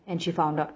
and she found out